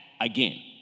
again